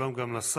שלום גם לשר.